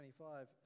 25